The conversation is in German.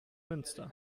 münster